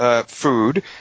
food